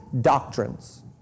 doctrines